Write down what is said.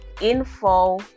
info